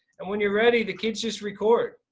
and when you're ready, the kids just record.